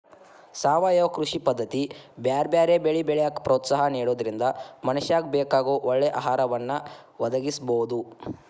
ಸಾವಯವ ಕೃಷಿ ಪದ್ದತಿ ಬ್ಯಾರ್ಬ್ಯಾರೇ ಬೆಳಿ ಬೆಳ್ಯಾಕ ಪ್ರೋತ್ಸಾಹ ನಿಡೋದ್ರಿಂದ ಮನಶ್ಯಾಗ ಬೇಕಾಗೋ ಒಳ್ಳೆ ಆಹಾರವನ್ನ ಒದಗಸಬೋದು